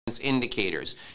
indicators